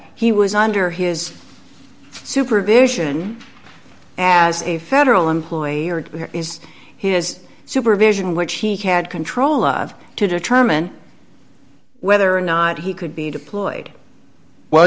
he was under his supervision as a federal employee or his supervision which he had control of to determine whether or not he could be deployed w